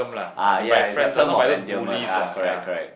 ah ya it's a term of endearment ah correct correct